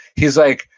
he's like,